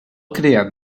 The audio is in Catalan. criat